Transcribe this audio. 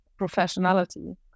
professionality